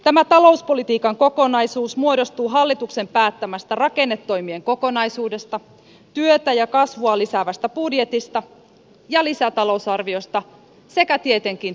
tämä talouspolitiikan kokonaisuus muodostuu hallituksen päättämästä rakennetoimien kokonaisuudesta työtä ja kasvua lisäävästä budjetista ja lisätalousarviosta sekä tietenkin työmarkkinaratkaisusta